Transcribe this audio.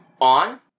on